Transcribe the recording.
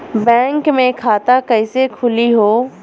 Bank मे खाता कईसे खुली हो?